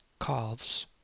calves